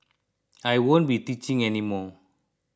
I won't be teaching any more